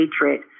hatred